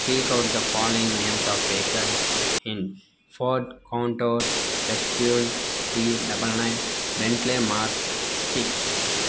speak out the following names of vehicle in Ford Contour Bestune T double nine Bentley Mark six